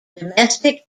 domestic